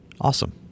Awesome